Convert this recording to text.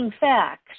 facts